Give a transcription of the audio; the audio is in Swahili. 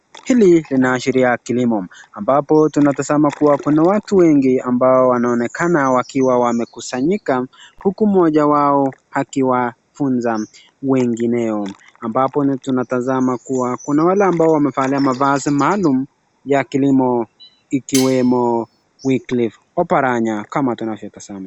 Hili linaashiria kilimo ambapo tunatasama kuwa kuna watu wengi ambao wanaonekana wakiwa wamekusanyika huku moja wao akiwafunza wengineo ambapo tunatasama kuwa kuna wale ambao wamevalia mavazi maalum ya kilimo ikiwemo Wyclif Obaranya kama tunapotazama.